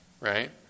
right